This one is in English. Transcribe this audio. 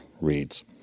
reads